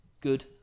good